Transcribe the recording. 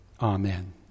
Amen